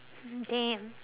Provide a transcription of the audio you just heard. damn